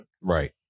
Right